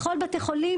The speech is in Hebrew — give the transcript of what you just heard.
בכל בתי החולים